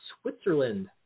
Switzerland